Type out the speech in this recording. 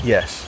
Yes